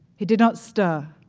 he did not stir.